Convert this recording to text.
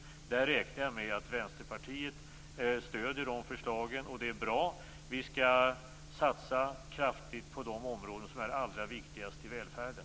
Jag räknar i det sammanhanget med att Vänsterpartiet stöder våra förslag. Det är bra. Vi skall satsa kraftigt på de områden som är allra viktigast i välfärden.